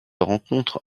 rencontre